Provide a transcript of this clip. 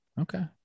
Okay